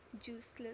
juiceless